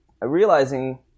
realizing